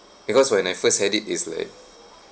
because when I first had it it's like